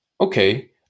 okay